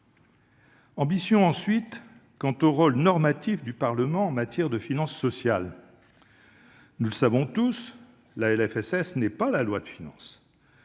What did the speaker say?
ambition concerne ensuite le rôle normatif du Parlement en matière de finances sociales. Nous le savons tous, la LFSS n'est pas la loi de finances